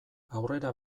aurrera